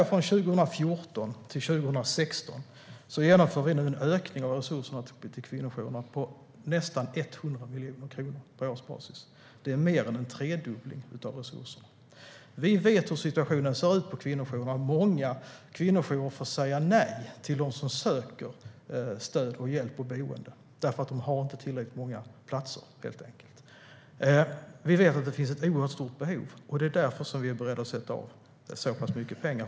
Från 2014 till 2016 genomför vi en ökning av resurserna till kvinnojourerna med nästan 100 miljoner kronor på årsbasis. Det är mer än en tredubbling av resurserna. Vi vet hur situationen ser ut på kvinnojourerna. Många av dem får säga nej till dem som söker stöd, hjälp och boende eftersom man helt enkelt inte har tillräckligt många platser. Vi vet att det finns ett oerhört stort behov, och det är därför vi är beredda att sätta av så pass mycket pengar.